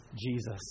Jesus